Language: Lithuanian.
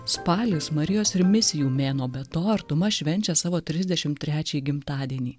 spalis marijos ir misijų mėnuo be to artumą švenčia savo trisdešimt trečiąjį gimtadienį